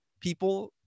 people